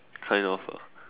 kind of ah